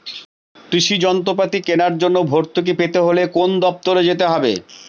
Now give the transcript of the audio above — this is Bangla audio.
কৃষি যন্ত্রপাতি কেনার জন্য ভর্তুকি পেতে হলে কোন দপ্তরে যেতে হবে?